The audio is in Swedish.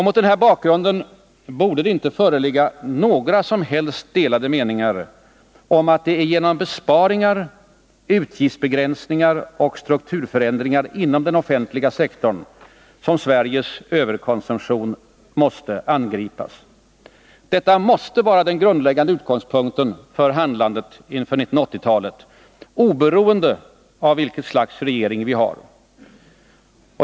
Mot denna bakgrund borde det inte föreligga några som helst delade meningar om att det är genom besparingar. utgiftsbegränsningar och strukturförändringar inom den offentliga sektorn som Sveriges överkonsumtion måste angripas. Detta måste vara den grundläggande utgångspunkten för handlandet inför 1980-talet. oberoende av vilket slags regering vi har.